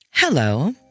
Hello